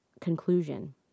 conclusion